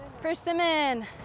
Persimmon